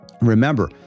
Remember